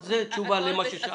אז זו תשובה למה ששאלת.